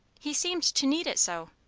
he seemed to need it so.